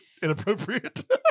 inappropriate